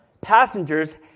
Passengers